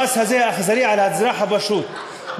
המס הזה אכזרי לאזרח הפשוט,